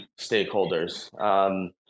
stakeholders